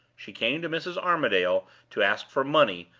she came to mrs. armadale to ask for money,